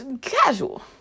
casual